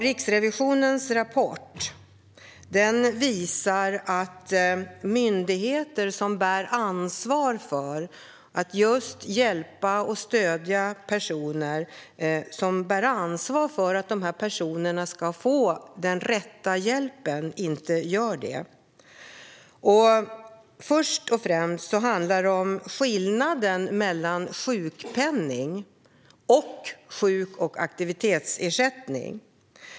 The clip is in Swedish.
Riksrevisionens rapport visar att de myndigheter som ansvarar för att ge dessa personer rätt stöd och hjälp inte gör det. Först och främst handlar det om skillnaden mellan sjukpenning och sjukersättning och aktivitetsersättning.